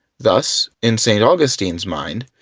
thus, in st. augustine's mind,